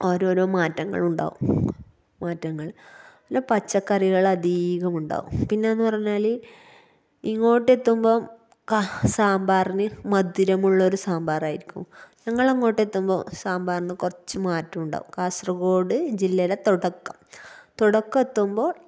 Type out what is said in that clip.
ഓരോരോ മാറ്റങ്ങളുണ്ടാവും മാറ്റങ്ങള് പിന്നേ പച്ചക്കറികള് അധികം ഉണ്ടാവും പിന്നെ എന്ന് പറഞ്ഞാല് ഇങ്ങോട്ടെത്തുമ്പം കാ സാമ്പാറിന് മധുരമുള്ളൊര് സാമ്പാറായിരിക്കും ഞങ്ങളങ്ങോട്ടെത്തുമ്പം സാമ്പാറിന് കുറച്ച് മാറ്റവുണ്ടാവും കാസര്കോഡ് ജില്ലയുടെ തുടക്കം തുടക്കമെത്തുമ്പോൾ